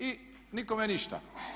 I nikome ništa.